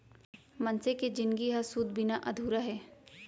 मनसे के जिनगी ह सूत बिना अधूरा हे